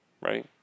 right